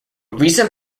recent